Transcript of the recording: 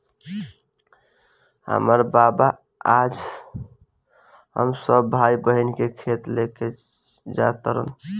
हामार बाबा आज हम सब भाई बहिन के खेत लेके जा तारन